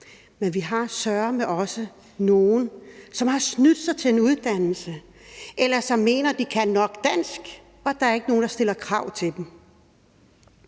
men vi har søreme også nogle, som har snydt sig til en uddannelse, eller som mener, at de kan nok dansk, fordi der ikke er nogen, der stiller krav til dem.